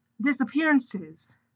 disappearances